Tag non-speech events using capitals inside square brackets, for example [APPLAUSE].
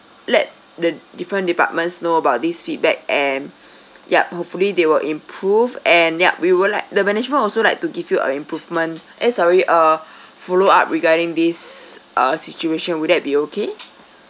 let the different departments know about these feedback and [BREATH] yup hopefully they will improve and yup we would like the management also like to give you a improvement eh sorry uh [BREATH] follow up regarding this uh situation will that be okay [NOISE]